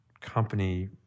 company